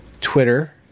Twitter